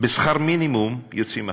שכר מינימום, יוצאים החוצה?